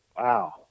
wow